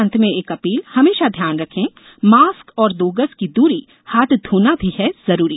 अंत में एक अपील हमेशा ध्यान रखें मास्क और दो गज की दूरी हाथ धोना भी है जरूरी